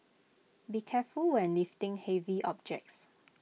be careful when lifting heavy objects